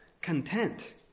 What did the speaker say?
content